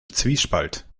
zwiespalt